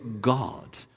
God